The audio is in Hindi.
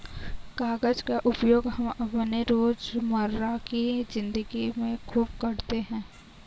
कागज का उपयोग हम अपने रोजमर्रा की जिंदगी में खूब करते हैं